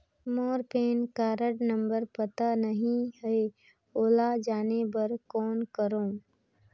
मोर PAN card number पता नहीं है, ओला जाने बर कौन करो?